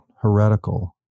heretical